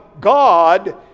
God